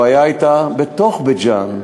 הבעיה הייתה בתוך בית-ג'ן.